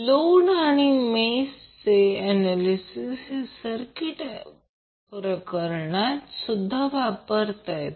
load आणि मेषचे analysis हे AC सर्किट प्रकरणात सुद्धा वापरता येते